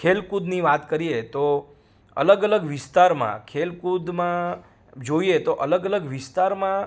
ખેલકૂદની વાત કરીએ તો અલગ અલગ વિસ્તારમાં ખેલકૂદમાં જોઈએ તો અલગ અલગ વિસ્તારમાં